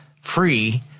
free